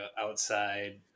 outside